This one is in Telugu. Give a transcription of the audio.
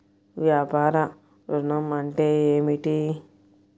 వ్యాపార ఋణం అంటే ఏమిటి?